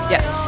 Yes